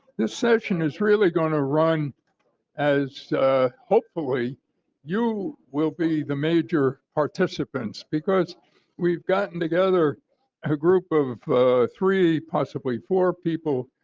this session is really going to run as hopefully you will be the major participants because we've gotten together a group of three, possibly four people